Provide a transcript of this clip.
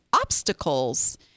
obstacles